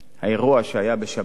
האירוע שהיה בשבת,